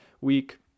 week